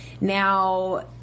Now